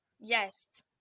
yes